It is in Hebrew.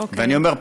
אני אומר,